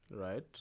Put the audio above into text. right